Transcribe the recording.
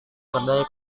kedai